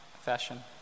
fashion